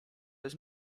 jest